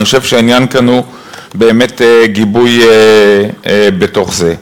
אני חושב שהעניין כאן הוא באמת גיבוי בתוך זה.